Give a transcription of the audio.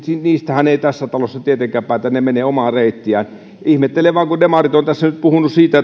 niistähän ei tässä talossa tietenkään päätetä vaan ne menevät omaa reittiään ihmettelen vain kun demarit ovat tässä nyt puhuneet siitä